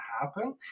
happen